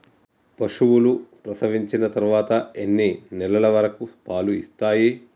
పశువులు ప్రసవించిన తర్వాత ఎన్ని నెలల వరకు పాలు ఇస్తాయి?